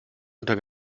unter